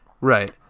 Right